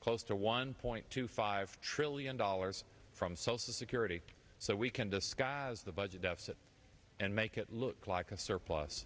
close to one point two five trillion dollars from social security so we can disguise the budget deficit and make it look like a surplus